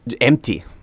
empty